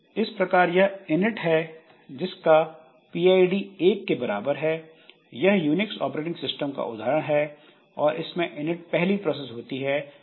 इस प्रकार यह इनिट है जिसका pid एक के बराबर है यह यूनिक्स ऑपरेटिंग सिस्टम का उदाहरण है और इसमें इनिट पहली प्रोसेस होती है और इसका pid एक होता है